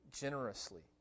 generously